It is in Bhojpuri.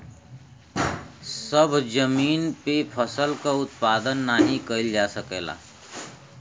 सभ जमीन पे फसल क उत्पादन नाही कइल जा सकल जाला